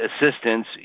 assistance